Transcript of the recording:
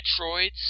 Metroids